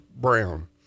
Brown